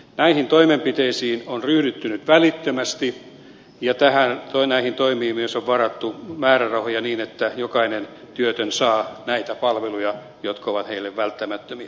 näihin toimenpiteisiin on ryhdytty nyt välittömästi ja näihin toimiin myös on varattu määrärahoja niin että jokainen työtön saa näitä palveluja jotka ovat heille välttämättömiä